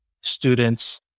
students